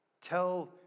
Tell